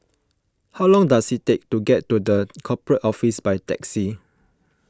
how long does it take to get to the Corporate Office by taxi